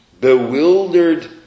bewildered